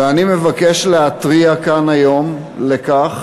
ואני מבקש להתריע כאן היום על כך